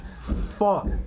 fuck